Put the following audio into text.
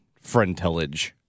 friend-tellage